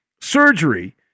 surgery